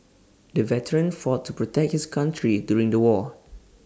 the veteran fought to protect his country during the war